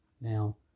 Now